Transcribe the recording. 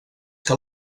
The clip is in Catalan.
que